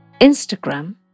Instagram